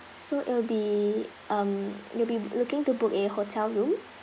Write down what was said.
so it'll be um you'll be looking to book a hotel room